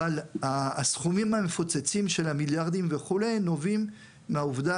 אבל הסכומים המפוצצים של המיליארדים וכו' נובעים מהעובדה